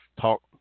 talk